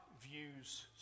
views